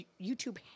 YouTube